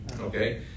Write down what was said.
Okay